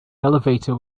elevator